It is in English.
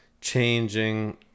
changing